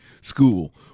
school